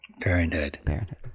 parenthood